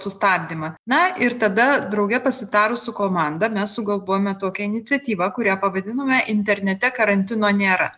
sustabdymą na ir tada drauge pasitarus su komanda mes sugalvojome tokią iniciatyvą kurią pavadinome internete karantino nėra